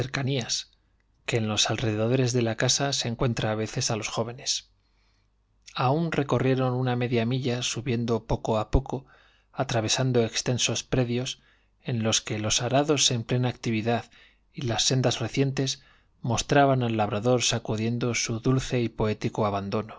que en los alrededores de la casa se encuentra a veces a los jóvenes aun recorrieron una media milla subiendo poco a poco atravesando extensos predios en los que los arados en plena actividad y las sendas recientes mostraban al labrador sacudiendo su dulce y poético abandono